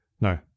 no